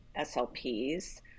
SLPs